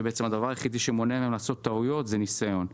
והדבר היחיד שמונע מהם לעשות טעויות זה ניסיון.